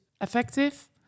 effective